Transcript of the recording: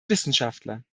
wissenschaftler